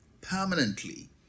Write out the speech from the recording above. permanently